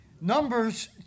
Numbers